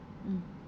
mm